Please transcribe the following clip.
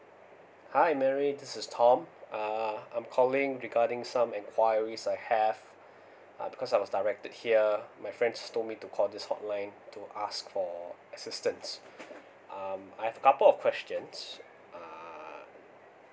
hi mary this is tom uh I'm calling regarding some enquiries I have uh because I was directed here my friend is told me to call this hotline to ask for assistance um I've couple of questions uh